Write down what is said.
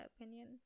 opinion